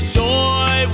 joy